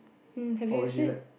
hm have you used it